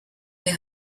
les